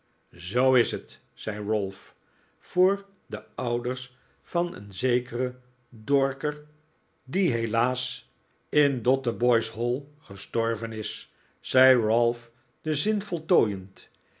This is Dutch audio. zoo is t zei ralph voor de ouders van een zekeren dorker die helaas in dotheboys hall gestorven is zei ralph den zin voltooiend